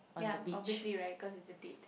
ya obviously right cause it's a date